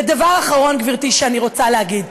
ודבר אחרון, גברתי, שאני רוצה להגיד: